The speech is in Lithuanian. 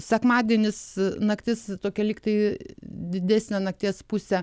sekmadienis naktis tokia lyg tai didesnę nakties pusę